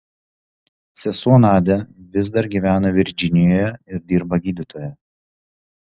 sesuo nadia vis dar gyvena virdžinijoje ir dirba gydytoja